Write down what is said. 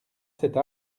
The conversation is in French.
cette